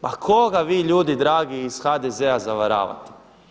Ma koga vi ljudi dragi iz HDZ-a zavaravate.